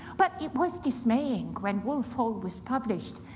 but it was dismaying when wolf hall was published,